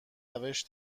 روش